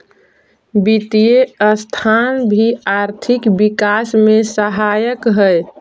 वित्तीय संस्थान भी आर्थिक विकास में सहायक हई